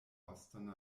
boston